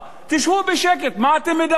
תשבו בשקט, מה אתם מדברים?